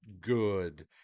good